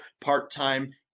part-time